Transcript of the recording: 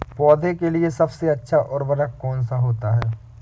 पौधे के लिए सबसे अच्छा उर्वरक कौन सा होता है?